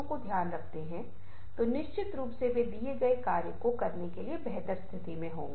तोआप देखते हैं कि वे एक साथ बातचीत करते हैं और वे एक अलग अर्थ बनाते हैं